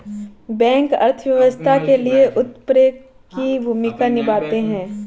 bank अर्थव्यवस्था के लिए उत्प्रेरक की भूमिका निभाते है